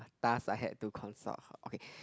thus I had to consult okay